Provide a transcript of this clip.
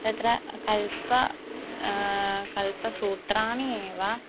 तत्र कल्पं कल्पसूत्राणि एव